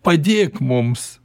padėk mums